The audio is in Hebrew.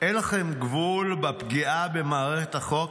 אין לכם גבול לפגיעה במערכת החוק?